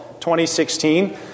2016